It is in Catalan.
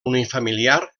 unifamiliar